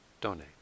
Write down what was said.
donate